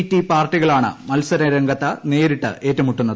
T പാർട്ടികളാണ് മത്സരരംഗത്ത് നേരിട്ട് ഏറ്റുമുട്ടുന്നത്